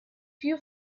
few